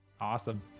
Awesome